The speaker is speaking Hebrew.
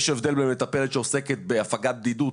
בהבדל ממטפלת שעוסקת בהפגת בדידות.